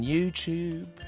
YouTube